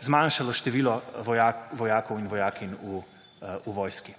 zmanjšalo število vojakov in vojakinj v vojski.